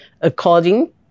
According